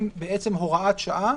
הם הוראת שעה